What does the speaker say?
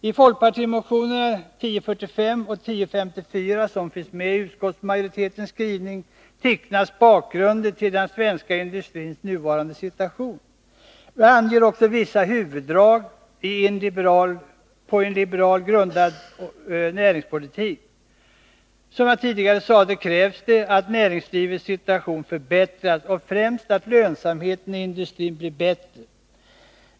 I folkpartimotionerna 1045 och 1054, som behandlas i utskottsmajoritetens skrivning, tecknas bakgrunden till den svenska industrins nuvarande situation. Vi anger också vissa huvuddrag i en på liberal grund utformad näringspolitik. Som jag tidigare sade krävs det att näringslivets situation förbättras, främst att lönsamheten i industrin blir bättre.